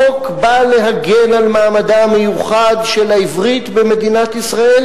החוק בא להגן על מעמדה המיוחד של העברית במדינת ישראל,